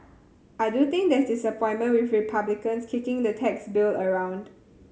I do think there's disappointment with Republicans kicking the tax bill around